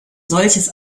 solches